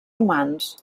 humans